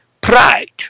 pride